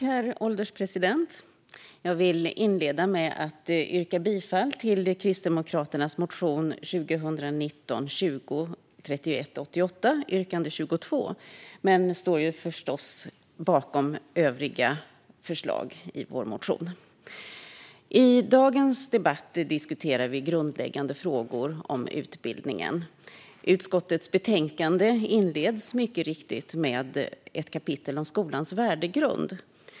Herr ålderspresident! Jag vill inleda med att yrka bifall till Kristdemokraternas motion 2019/20:3188 yrkande 22, men jag står förstås bakom alla våra övriga förslag i vår motion. I denna debatt diskuterar vi grundläggande frågor om utbildningen. Utskottets betänkande inleds mycket riktigt med ett kapitel om skolans värdegrund.